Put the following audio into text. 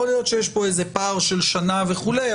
יכול להיות שיש פה איזה פער של שנה וכולי,